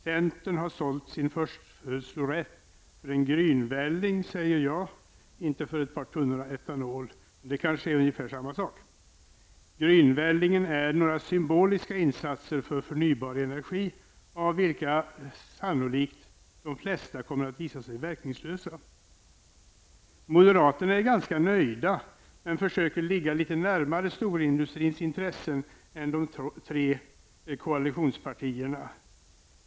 Centern har sålt sin förstfödslorätt för en grynvälling, säger jag, inte för ett par tunnor etanol. Men det kanske är ungefär samma sak. Grynvällingen är några symboliska insatser för förnybar energi av vilka de flesta sannolikt kommer att visa sig verkningslösa. Moderaterna är ganska nöjda men försöker ligga litet närmare storindustrins intressen än de tre koalitionspartierna.